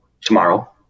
tomorrow